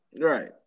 right